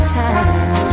time